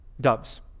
doves